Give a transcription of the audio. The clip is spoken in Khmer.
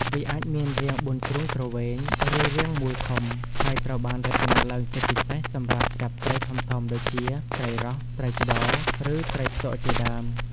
វាអាចមានរាងបួនជ្រុងទ្រវែង ឬរាងមូលធំ ហើយត្រូវបានរចនាឡើងជាពិសេសសម្រាប់ចាប់ត្រីធំៗដូចជាត្រីរស់ ត្រីឆ្តោ ឬត្រីផ្ទក់ជាដើម។